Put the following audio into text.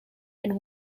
and